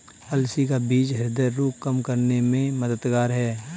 अलसी का बीज ह्रदय रोग कम करने में मददगार है